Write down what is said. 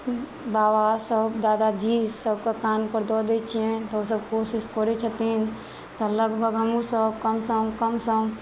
बाबा सब दादाजी सबके कान पर दऽ दै छियनि तऽ ओसब कोशिश करै छथिन तऽ लगभग हमहुँ सब कम सम कम सम